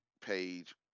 page